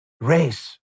race